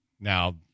now